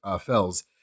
Fells